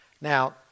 Now